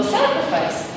sacrifice